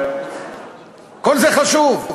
כל זה חשוב,